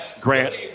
Grant